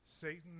Satan